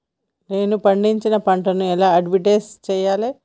నేను పండించిన పంటను ఎలా అడ్వటైస్ చెయ్యాలే?